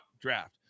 draft